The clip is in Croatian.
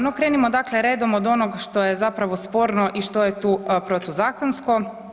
No krenimo dakle redom od onog što je zapravo sporno i što je tu protuzakonsko.